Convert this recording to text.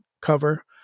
cover